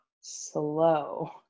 slow